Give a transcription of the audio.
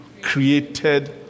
created